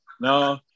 No